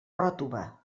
ròtova